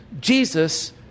Jesus